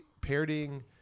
parodying